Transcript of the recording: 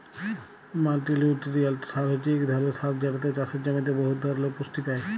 মাল্টিলিউটিরিয়েল্ট সার হছে ইক ধরলের সার যেটতে চাষের জমিতে বহুত ধরলের পুষ্টি পায়